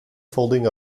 folding